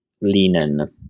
linen